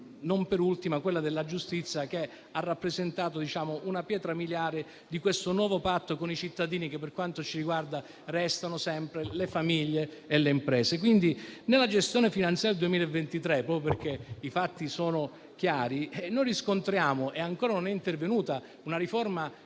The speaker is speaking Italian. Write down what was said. Non ultima è quella della giustizia, che ha rappresentato una pietra miliare di questo nuovo patto con i cittadini che, per quanto ci riguarda, restano sempre le famiglie e le imprese. Nella gestione finanziaria 2023, proprio perché i fatti sono chiari, noi riscontriamo che ancora non è intervenuta una riforma fiscale.